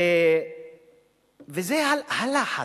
וזה הלחץ.